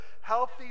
healthy